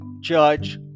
judge